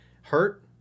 hurt